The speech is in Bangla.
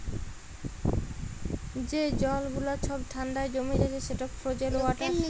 যে জল গুলা ছব ঠাল্ডায় জমে যাচ্ছে সেট ফ্রজেল ওয়াটার